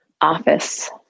office